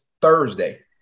Thursday